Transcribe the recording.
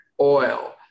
oil